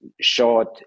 short